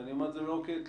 ואני אומר את זה לא כתלונה,